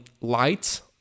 lights